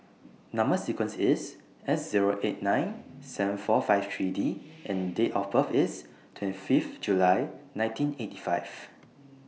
Number sequence IS S Zero eight nine seven four five three D and Date of birth IS twenty Fifth July nineteen eighty five